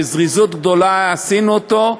בזריזות רבה עשינו אותו.